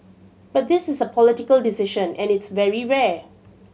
but this is a political decision and it's very rare